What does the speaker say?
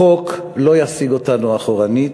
החוק לא יסיג אותנו אחורנית,